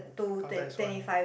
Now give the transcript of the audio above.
counted as one